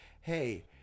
hey